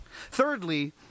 Thirdly